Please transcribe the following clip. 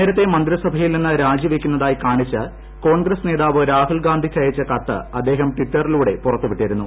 നേരത്തെ മന്ത്രിസഭയിൽ നിന്ന് രാജിവയ്ക്കുന്നതായി കാണിച്ച് കോൺഗ്രസ് നേതാവ് രാഹുൽ ഗാന്ധിക്കയച്ച കത്ത് അദ്ദേഹം ടിറ്ററിലൂടെ പുറത്തുവിട്ടിരുന്നു